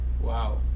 Wow